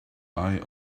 eye